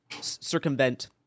circumvent